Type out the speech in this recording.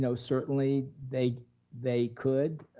so certainly they they could.